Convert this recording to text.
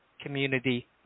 community